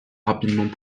rapidement